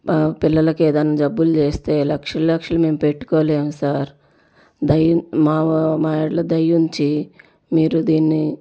పిల్లలకి ఏదైనా జబ్బులు చేస్తే లక్షలు లక్షలు మేము పెట్టుకోలేం సార్ దయ మా యెడల దయ ఉంచి మీరు దీన్ని